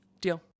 Deal